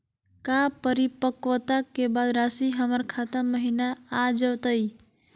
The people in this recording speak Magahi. का परिपक्वता के बाद रासी हमर खाता महिना आ जइतई?